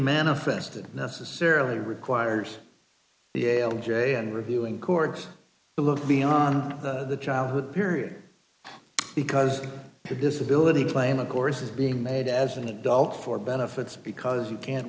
manifested necessarily requires the ael j and reviewing courts to look beyond the childhood period because the disability claim of course is being made as an adult for benefits because you can't